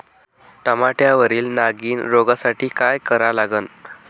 टमाट्यावरील नागीण रोगसाठी काय करा लागन?